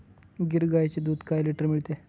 गीर गाईचे दूध काय लिटर मिळते?